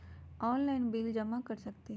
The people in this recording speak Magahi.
ऑनलाइन बिल जमा कर सकती ह?